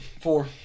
Four